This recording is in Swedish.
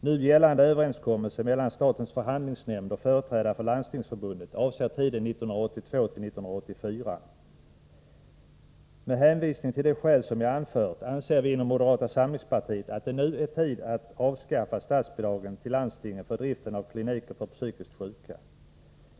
Nu gällande överenskommelse mellan statens förhandlingsnämnd och företrädare för Landstingsförbundet avser tiden 1982-1984. Med hänvisning till de skäl som jag anfört anser vi inom moderata samlingspartiet att det nu är tid att avskaffa statsbidragen till landstingen för driften av kliniker för psykiskt sjuka.